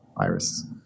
iris